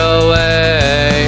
away